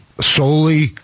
solely